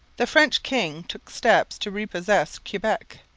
the french king took steps to repossess quebec.